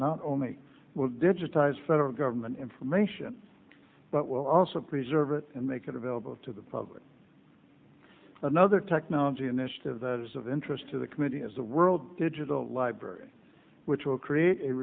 not only will digitize federal government information but will also preserve it and make it available to the public another technology initiative that is of interest to the committee as a world digital library which will create a